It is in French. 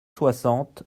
soixante